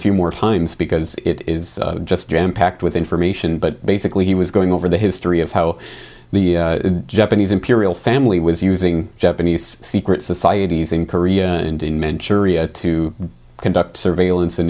few more times because it is just jam packed with information but basically he was just going over the history of how the japanese imperial family was using japanese secret societies in korea and in manchuria to conduct surveillance and